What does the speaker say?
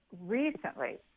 recently